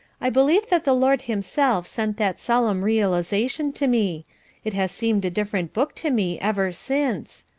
i believe that the lord himself sent that solemn realisation to me it has seemed a different book to me ever since.